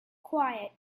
quiet